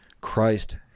Christ